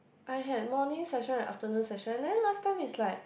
I had morning session and afternoon session and then last time is like